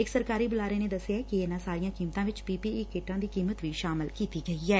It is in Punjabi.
ਇਕ ਸਰਕਾਰੀ ਬੁਲਾਰੇ ਨੇ ਦਸਿਆ ਕਿ ਇਨਾਂ ਸਾਰੀਆਂ ਕੀਮਤਾਂ ਵਿਚ ਪੀ ਪੀ ਈ ਕਿੱਟਾਂ ਦੀ ਕੀਮਤ ਵੀ ਸ਼ਾਮਲ ਕੀਤੀ ਗਈ ਐ